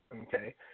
okay